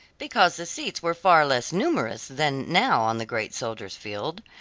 because the seats were far less numerous than now on the great soldiers' field.